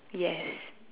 yes